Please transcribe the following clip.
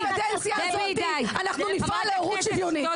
בקדנציה הזאת אנחנו נפעל להורות שוויונית,